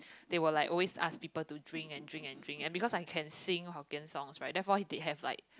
they will like always ask people to drink and drink and drink and because I can sing Hokkien songs right therefore they have like